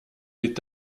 est